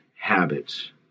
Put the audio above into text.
habits